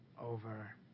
over